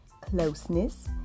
closeness